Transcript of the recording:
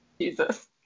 Jesus